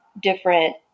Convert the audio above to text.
different